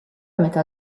metà